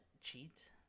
cheat